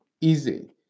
easy